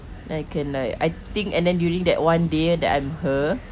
then I can like I think and then during that one day that I'm her